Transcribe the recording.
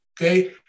Okay